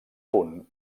punt